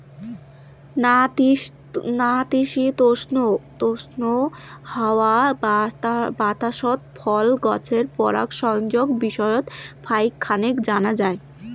নাতিশীতোষ্ণ হাওয়া বাতাসত ফল গছের পরাগসংযোগ বিষয়ত ফাইক খানেক জানা যায়